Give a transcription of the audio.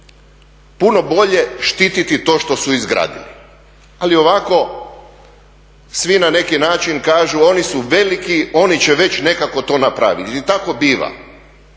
puno bolje štititi to što su izgradili, ali ovako svi na neki način kažu oni su veliki, oni će već nekako to napraviti i tako biva,